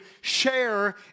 share